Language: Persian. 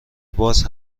باز